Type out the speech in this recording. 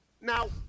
now